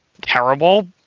terrible